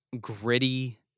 gritty